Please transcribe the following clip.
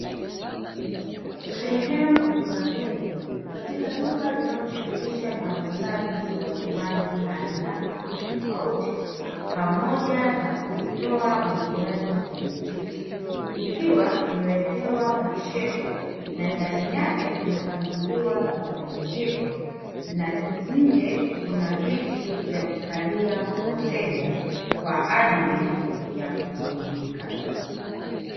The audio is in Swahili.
Sehemu ya mbele katika duka linalojishughulisha na uuzaji wa vinywaji aina tofauti tofauti , pamoja na kutoka burudani ya muziki, ikiwa imewekewa mashelfu na ndani yake kumepangiliwa vinywaji hivyo, na nje kuna viti vya kukalia wateja kwa ajili ya kuburudika.